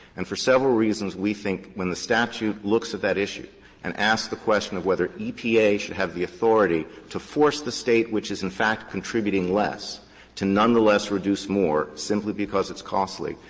and for several reasons we think when the statute looks at that issue and asks the question of whether epa should have the authority to force the state which is, in fact, contributing less to nonetheless reduce more simply because it's costly,